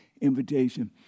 invitation